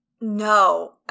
No